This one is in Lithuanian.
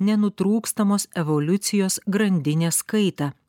nenutrūkstamos evoliucijos grandinės kaitą